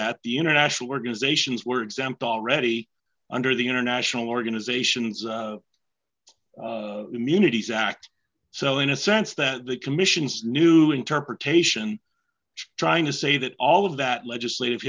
sat the international organizations were exempt already under the international organizations immunities act so in a sense that the commission's new interpretation trying to say that all of that legislative